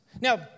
Now